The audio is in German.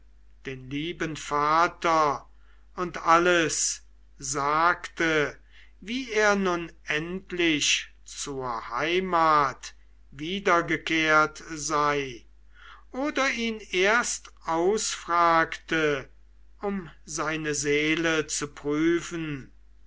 den lieben vater und alles sagte wie er nun endlich zur heimat wiedergekehrt sei oder ihn erst ausfragte um seine seele zu prüfen